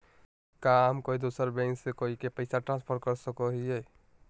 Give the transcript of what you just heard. का हम कोई दूसर बैंक से कोई के पैसे ट्रांसफर कर सको हियै?